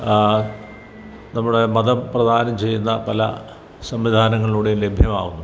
നമ്മുടെ മതം പ്രദാനം ചെയ്യുന്ന പല സംവിധാനങ്ങളിലൂടെയും ലഭ്യമാവുന്നുണ്ട്